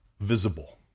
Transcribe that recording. visible